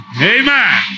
Amen